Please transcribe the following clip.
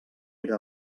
era